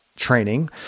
training